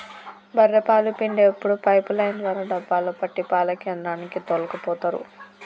బఱ్ఱె పాలు పిండేప్పుడు పైపు లైన్ ద్వారా డబ్బాలో పట్టి పాల కేంద్రానికి తోల్కపోతరు